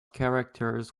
characters